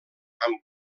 amb